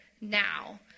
now